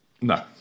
No